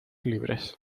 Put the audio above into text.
libres